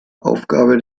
aufgabe